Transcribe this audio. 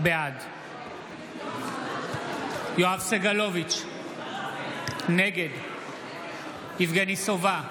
בעד יואב סגלוביץ' נגד יבגני סובה,